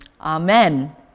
Amen